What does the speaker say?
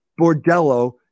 bordello